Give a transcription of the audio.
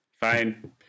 Fine